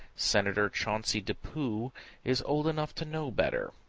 senator chauncey depew is old enough to know better.